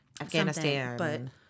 Afghanistan